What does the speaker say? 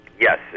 Yes